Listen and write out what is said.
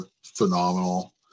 phenomenal